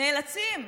נאלצים